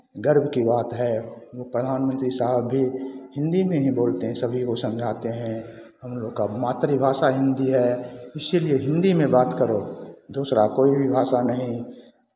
गर्व की बात है प्रधानमंत्री साहब भी हिन्दी में ही बोलते हैं सभी को समझाते हैं हम लोग का मातृभाषा हिन्दी है इसीलिए हिन्दी में बात करो दूसरा कोई भी भाषा नहीं